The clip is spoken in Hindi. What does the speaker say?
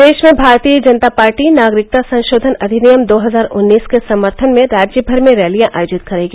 प्रदेश में भारतीय जनता पार्टी नागरिकता संशोधन अधिनियम दो हजार उन्नीस के समर्थन में राज्य भर में रैलियां आयोजित करेगी